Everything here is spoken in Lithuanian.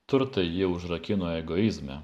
turtai jį užrakino egoizme